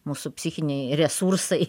mūsų psichiniai resursai